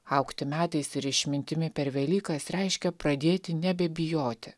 augti metais ir išmintimi per velykas reiškia pradėti nebebijoti